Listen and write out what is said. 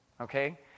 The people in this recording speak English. okay